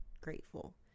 grateful